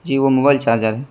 جی وہ mobile charger ہے